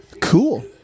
Cool